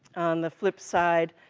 on the flip side,